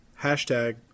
Hashtag